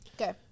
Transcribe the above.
Okay